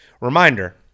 Reminder